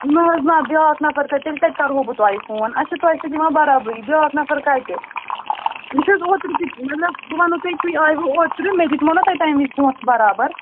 نہَ حظ نہَ بیٛاکھ نَفر کَتہِ تیٚلہِ کَتہِ کَرہَو بہٕ تۄہہِ فون اَسہِ چھِ تۄہہِ سۭتۍ یوان برابری بیٛاکھ نَفر کَتہِ وُچھ حظ اوترٕ تہِ مطلب بہٕ وَنہو تۄہہِ تُہۍ آیِوٕ اوترٕ مےٚ دِتۍمَو نا تۄہہِ تَمہِ وِزِ پۄنٛسہٕ برابر